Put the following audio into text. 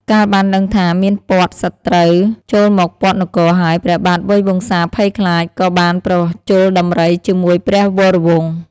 កាលបានដឹងថា មានព័ទ្ធសត្រូវចូលមកព័ទ្ធនគរហើយ ព្រះបាទវៃវង្សាភ័យខ្លាច ក៏បានប្រជល់ដំរីជាមួយព្រះវរវង្ស។